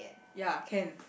ya can